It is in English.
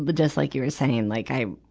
but just like you were saying, and like i,